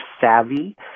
savvy